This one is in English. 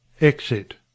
Exit